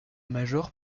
major